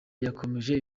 yakomereje